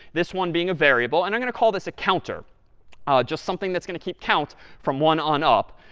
this one being a variable, and i'm going to call this a counter ah just something that's going to keep count from one on up.